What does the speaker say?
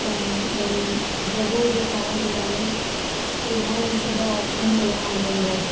ऐं वरी वॻो ॾेखारण जे लाइ इलाही सॼा ऑप्शन्स हुया उन्हनि वटि